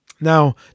Now